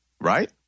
Right